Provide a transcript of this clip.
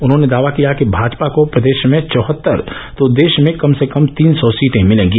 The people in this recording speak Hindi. उन्होंने दावा किया कि भाजपा को प्रदेष में चौहत्तर तो देष में कम से कम तीन सौ सीटें मिलेंगी